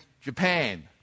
japan